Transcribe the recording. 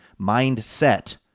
mindset